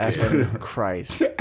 Christ